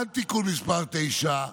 עד תיקון מס' 9,